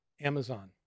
Amazon